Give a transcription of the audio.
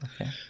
Okay